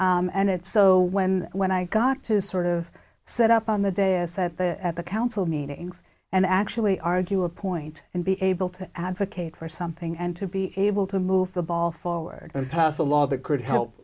it's so when when i got to sort of set up on the day i set the at the council meetings and actually argue a point and be able to advocate for something and to be able to move the ball forward and pass a law that could tel